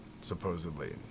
supposedly